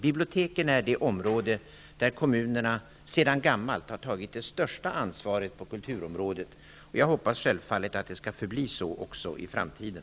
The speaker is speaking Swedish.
Biblioteken är det område där kommunerna sedan gammalt har tagit det största ansvaret på kulturområdet. Jag hoppas självfallet att det skall förbli så även i framtiden.